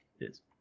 Yes